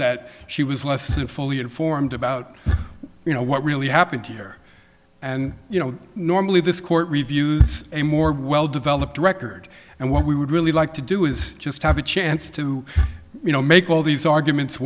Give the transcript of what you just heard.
that she was less than fully informed about you know what really happened here and you know normally this court review is a more well developed record and what we would really like to do is just have a chance to you know make all these arguments